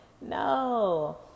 no